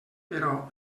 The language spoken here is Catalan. però